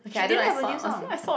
she didn't have a new song